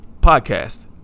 podcast